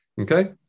okay